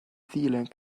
ddilyn